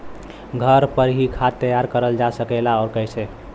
घर पर भी खाद तैयार करल जा सकेला और कैसे?